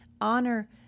honor